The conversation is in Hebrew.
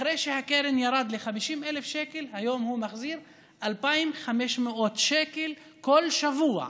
אחרי שהקרן ירדה ל-50,000 שקלים היום הוא מחזיר 2,500 שקלים כל שבוע,